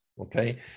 Okay